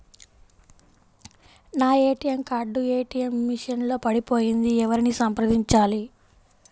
నా ATM card ATM machine లో పడిపోయింది ఎవరిని సంప్రదించాలి?